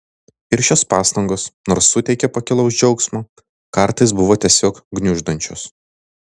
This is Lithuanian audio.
ir šios pastangos nors suteikė pakilaus džiaugsmo kartais buvo tiesiog gniuždančios